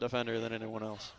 defender than anyone else